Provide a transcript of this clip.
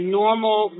normal